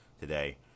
today